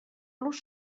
los